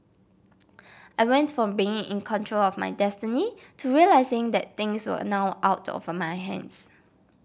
I went from being in control of my destiny to realising that things were now out of my hands